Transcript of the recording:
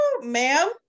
Ma'am